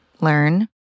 learn